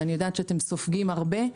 אני יודעת שאתם סופגים הרבה,